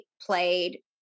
played